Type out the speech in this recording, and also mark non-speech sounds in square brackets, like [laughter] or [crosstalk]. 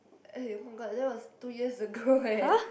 eh [oh]-my-god that was two years ago eh [breath]